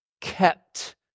kept